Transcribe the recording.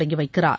தொடங்கி வைக்கிறார்